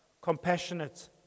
compassionate